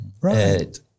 right